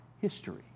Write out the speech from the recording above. history